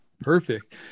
perfect